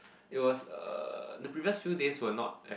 it was uh the previous few days were not as